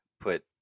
put